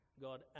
God